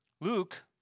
Luke